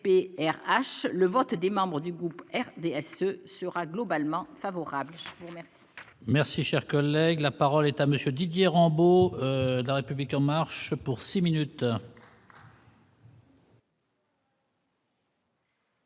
le vote des membres du groupe RDA ce sera globalement favorable. Merci, cher collègue, la parole est à monsieur Didier Rambaud la République en marche pour 6 minutes.